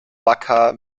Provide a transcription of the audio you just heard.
wacker